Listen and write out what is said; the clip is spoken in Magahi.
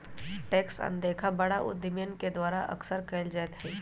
टैक्स अनदेखा बड़ा उद्यमियन के द्वारा अक्सर कइल जयते हई